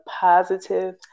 positive